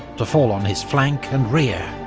to fall on his flank and rear.